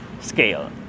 scale